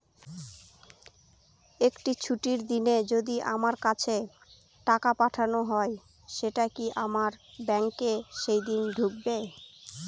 একটি ছুটির দিনে যদি আমার কাছে টাকা পাঠানো হয় সেটা কি আমার ব্যাংকে সেইদিন ঢুকবে?